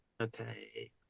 Okay